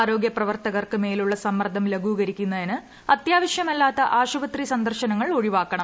ആരോഗ്യ പ്രവർത്തകർക്ക് മേലുള്ള് സമ്മർദ്ദം ലഘൂകരിക്കുന്നതിന് അത്യാവശ്യമല്ലാത്ത ആശുപത്രി സന്ദർശനങ്ങൾ ഒഴിവാക്കണം